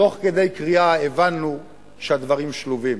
תוך כדי קריאה הבנו שהדברים שלובים.